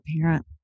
parent